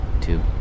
Two